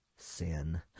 Sin